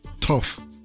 tough